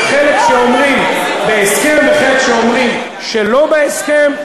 חלק שאומרים בהסכם וחלק שאומרים שלא בהסכם.